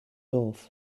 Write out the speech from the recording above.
off